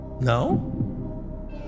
No